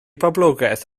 boblogaeth